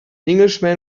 englishman